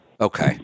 okay